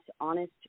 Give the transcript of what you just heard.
honest